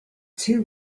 two